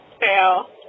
fail